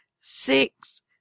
six